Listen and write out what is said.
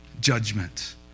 judgment